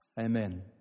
amen